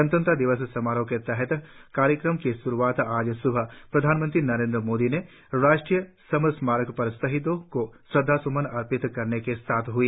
गणतंत्र दिवस समारोह के तहत कार्यक्रमों की श्रूआत आज स्बह प्रधानमंत्री नरेन्द्र मोदी के राष्ट्रीय समर स्मारक पर शहीदों को श्रद्वास्मन अर्पित करने के साथ हई